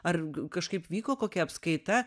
ar kažkaip vyko kokia apskaita